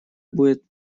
будет